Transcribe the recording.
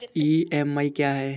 EMI क्या है?